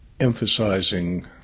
emphasizing